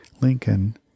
Lincoln